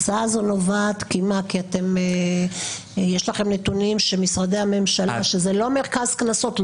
ההצעה הזאת נובעת כי יש לכם נתונים שמשרדי הממשלה שזה לא מרכז קנסות,